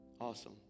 Awesome